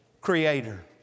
creator